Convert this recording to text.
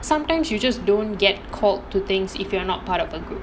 sometimes you just don't get called to things if you're not part of a group